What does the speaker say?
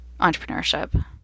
entrepreneurship